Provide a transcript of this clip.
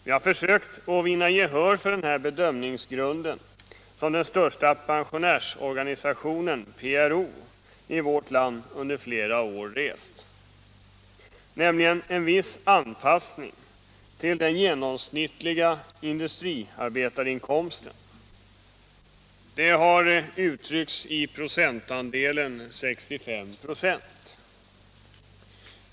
Vi har försökt att vinna gehör för den bedömningsgrund som den största pensionärsorganisationen i vårt land, PRO, under flera år hävdat, nämligen en viss anpassning till den genomsnittliga industriarbetarinkomsten, vilket har uttryckts genom procentandelen 65 96.